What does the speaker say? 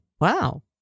Wow